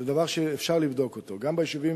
זה דבר שאפשר לבדוק אותו גם ביישובים